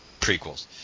prequels